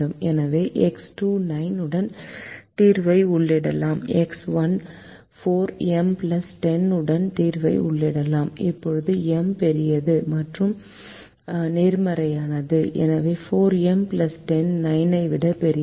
எனவே எக்ஸ் 2 9 உடன் தீர்வை உள்ளிடலாம் எக்ஸ் 1 4 M 10 உடன் தீர்வை உள்ளிடலாம் இப்போது M பெரியது மற்றும் நேர்மறையானது எனவே 4 M 10 9 ஐ விட பெரியது